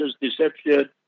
deception